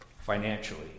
financially